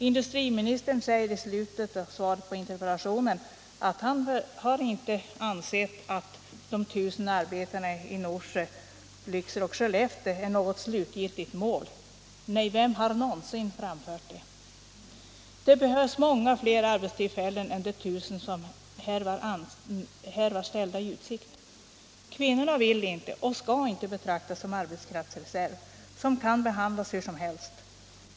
Industriministern säger i slutet av svaret att han inte har ansett att de 1 000 arbetena i Norsjö, Lycksele och Skellefteå är något slutgiltigt mål. Nej, vem har någonsin framfört det! Det behövs många fler arbetstillfällen än de 1 000 som här ställs i utsikt. Kvinnorna vill inte och skall inte betraktas som arbetskraftsreserv, som kan behandlas hur som helst.